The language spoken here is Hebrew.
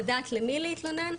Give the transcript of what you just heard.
לדעת למי להתלונן,